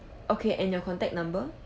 okay and your contact number